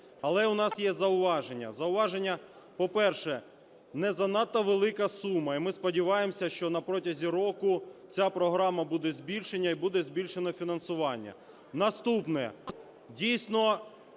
Але у нас є зауваження. Зауваження: по-перше, не занадто велика сума, і ми сподіваємося, що на протязі року ця програма буде збільшена і буде збільшене фінансування. Наступне: дійсно,